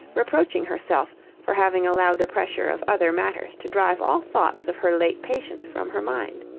reproaching herself for having allowed the pressure of other matters to drive all thoughts of her late patient from her mind.